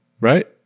right